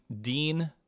Dean